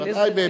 ולזה,